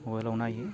मबाइलाव नायो